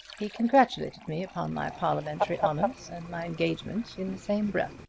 he congratulated me upon my parliamentary honors and my engagement in the same breath.